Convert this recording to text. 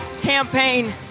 campaign